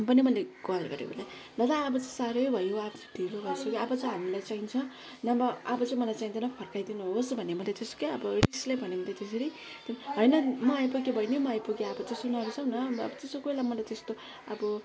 पनि मैले कल गरेँ उसलाई दादा अब चाहिँ साह्रै भयो अब ढिलो भइसक्यो अब चाहिँ हामीलाई चाहिन्छ नभए अब चाहिँ मलाई चाहिँदैन फर्काइदिनुहोस् भने मैले त्यस्तो अब रिसले भने त्यसरी होइन म आइपुगे बहिनी म आइपुगे अब त्यसरी नरिसाउ न त्यस्तो कोही बेला मलाई त्यस्तो अब